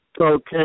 Okay